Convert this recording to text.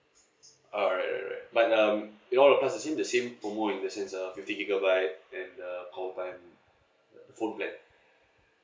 oh alright alright but um we all has using the same promo with the same uh fifty gigabyte and uh call time phone plan